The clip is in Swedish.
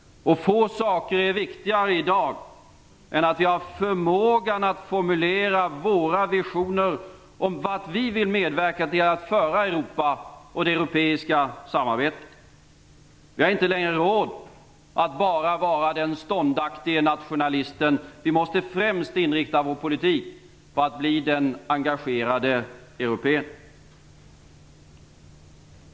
Få saker är viktigare i dag än att vi har förmågan att formulera våra visioner om vart vi vill medverka till att föra Europa och det europeiska samarbetet. Vi har inte längre råd att bara vara den ståndaktige nationalisten. Vi måste främst inrikta vår politik på att bli den engagerade europén.